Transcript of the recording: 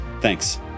Thanks